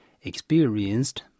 experienced